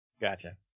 Gotcha